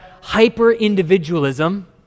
hyper-individualism